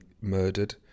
murdered